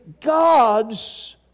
God's